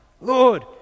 Lord